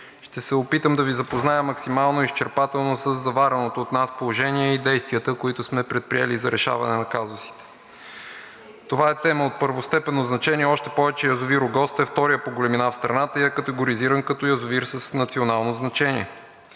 Ще се опитам да Ви запозная максимално изчерпателно със завереното от нас положение и действията, които сме предприели за решаване на казусите. Това е тема от първостепенно значение, още повече язовир „Огоста“ е вторият по големина в страната и е категоризиран като язовир с национално значение.